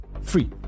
free